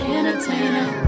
Entertainer